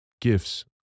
gifts